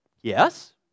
Yes